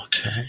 Okay